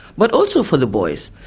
but also for the boys,